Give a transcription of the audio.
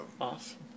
Awesome